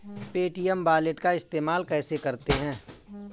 Paytm wallet का इस्तेमाल कैसे करते हैं?